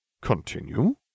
continue